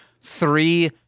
Three